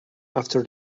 after